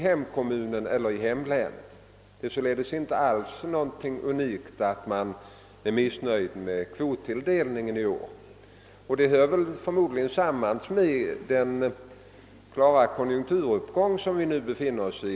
Det är således inte alls något unikt att man är missnöjd med kvottilldelningen i år. Detta hör förmodligen samman med den klara konjunkturuppgång som nu kan förmärkas.